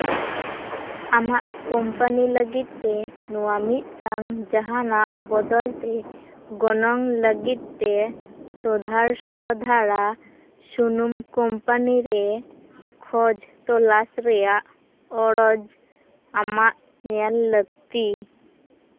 ᱟᱢᱟᱜ ᱠᱳᱢᱯᱟᱱᱤ ᱞᱟᱹᱜᱤᱫ ᱛᱮ ᱱᱚᱣᱟ ᱢᱤᱫᱴᱟᱝ ᱡᱟᱦᱟᱱᱟᱜ ᱵᱚᱫᱚᱞ ᱛᱮ ᱜᱚᱱᱚᱝ ᱞᱟᱹᱜᱤᱫ ᱛᱮ ᱥᱚᱸᱫᱷᱟᱲ ᱥᱚᱸᱫᱷᱟᱲᱟᱜ ᱥᱩᱱᱩᱢ ᱠᱳᱢᱯᱟᱱᱤ ᱨᱮ ᱠᱷᱚᱡᱽ ᱛᱚᱞᱟᱥ ᱨᱮᱭᱟᱜ ᱚᱲᱚᱡᱽ ᱟᱢᱟᱜ ᱧᱮᱞ ᱞᱟᱹᱠᱛᱤ